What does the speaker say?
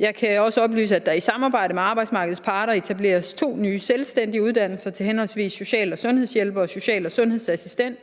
Jeg kan også oplyse, at der i samarbejde med arbejdsmarkedets parter etableres to nye selvstændige uddannelser til henholdsvis social- og sundhedshjælper og social- og sundhedsassistent,